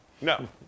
no